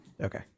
okay